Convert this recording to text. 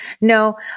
No